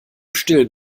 stillen